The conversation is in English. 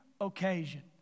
occasion